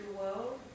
world